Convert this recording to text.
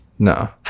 No